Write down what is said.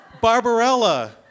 Barbarella